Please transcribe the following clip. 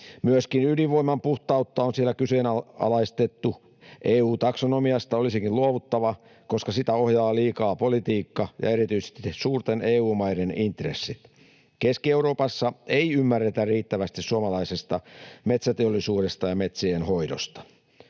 Myöskin ydinvoiman puhtautta on siellä kyseenalaistettu. EU-taksonomiasta olisikin luovuttava, koska sitä ohjaavat liikaa politiikka ja erityisesti suurten EU-maiden intressit. Keski-Euroopassa ei ymmärretä riittävästi suomalaisesta metsäteollisuudesta ja metsienhoidosta.